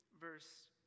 verse